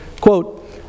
quote